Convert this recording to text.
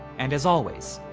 and as always,